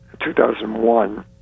2001